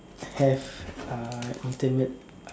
have uh intended